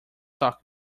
talk